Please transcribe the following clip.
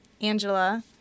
Angela